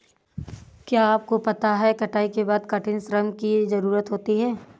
क्या आपको पता है कटाई के बाद कठिन श्रम की ज़रूरत होती है?